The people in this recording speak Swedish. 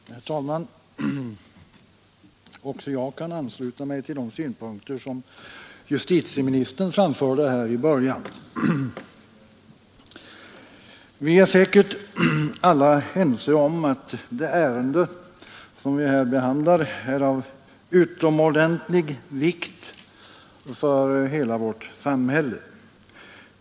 Herr talman! Också jag kan ansluta mig till de synpunkter som justitieministern framförde i början av denna debatt. Vi är säkert alla ense om att det ärende som vi här behandlar är av utomordentlig vikt för hela vårt samhälle.